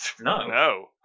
No